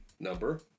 number